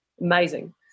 amazing